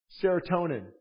serotonin